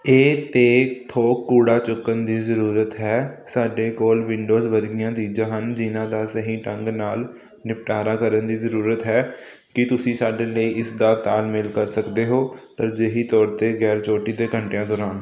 ਏ 'ਤੇ ਥੋਕ ਕੂੜਾ ਚੁੱਕਣ ਦੀ ਜ਼ਰੂਰਤ ਹੈ ਸਾਡੇ ਕੋਲ ਵਿੰਡੋਜ਼ ਵਰਗੀਆਂ ਚੀਜ਼ਾਂ ਹਨ ਜਿਨ੍ਹਾਂ ਦਾ ਸਹੀ ਢੰਗ ਨਾਲ ਨਿਪਟਾਰਾ ਕਰਨ ਦੀ ਜ਼ਰੂਰਤ ਹੈ ਕੀ ਤੁਸੀਂ ਸਾਡੇ ਲਈ ਇਸ ਦਾ ਤਾਲਮੇਲ ਕਰ ਸਕਦੇ ਹੋ ਤਰਜੀਹੀ ਤੌਰ 'ਤੇ ਗੈਰ ਚੋਟੀ ਦੇ ਘੰਟਿਆਂ ਦੌਰਾਨ